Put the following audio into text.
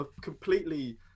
completely